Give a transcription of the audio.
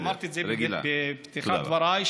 אמרתי את זה בפתיחת דבריי,